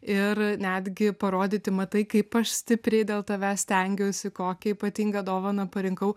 ir netgi parodyti matai kaip aš stipriai dėl tavęs stengiausi kokią ypatingą dovaną parinkau